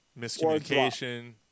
miscommunication